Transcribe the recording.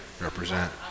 Represent